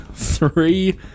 Three